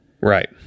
Right